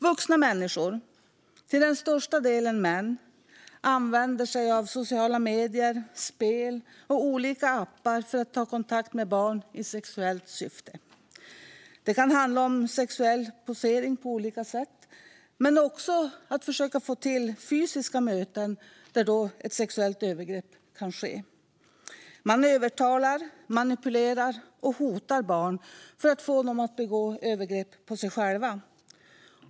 Vuxna människor, till största delen män, använder sig av sociala medier, spel och olika appar för att ta kontakt med barn i sexuellt syfte. Det kan handla om sexuell posering på olika sätt men också om att försöka få till fysiska möten där ett sexuellt övergrepp kan ske. Man övertalar, manipulerar och hotar barn för att få dem att begå övergrepp på sig själva.